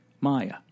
Maya